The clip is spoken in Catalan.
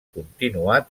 continuar